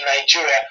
Nigeria